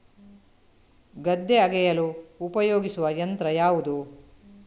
ಗದ್ದೆ ಅಗೆಯಲು ಉಪಯೋಗಿಸುವ ಯಂತ್ರ ಯಾವುದು?